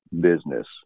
business